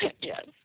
yes